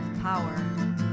power